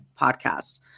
podcast